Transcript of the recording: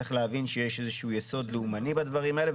צריך להבין שיש איזה שהוא יסוד לאומני בדברים האלה,